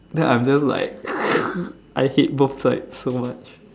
then I'm just like I hate both sides so much